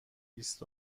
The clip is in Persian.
بیست